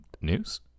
News